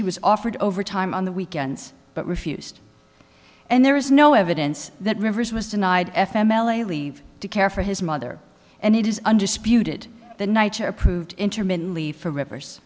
he was offered overtime on the weekends but refused and there is no evidence that rivers was denied f m l a leave to care for his mother and it is undisputed the nights are approved intermittently for rivers